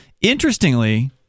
interestingly